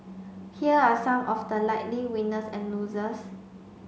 here are some of the likely winners and losers